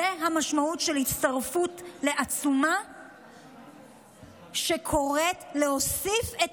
זו המשמעות של הצטרפות לעצומה שקוראת להוסיף את